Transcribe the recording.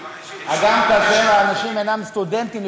גם כאשר האנשים אינם סטודנטים,